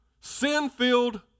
sin-filled